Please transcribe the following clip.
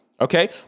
Okay